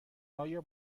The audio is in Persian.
آیا